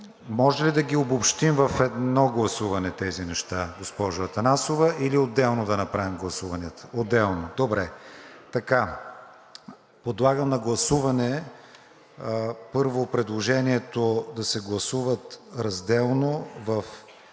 Може ли да ги обобщим в едно гласуване тези неща, госпожо Атанасова, или отделно да направим гласуванията? Отделно, добре. Подлагам на гласуване първо предложението да се гласуват разделно в